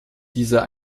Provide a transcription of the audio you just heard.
dieser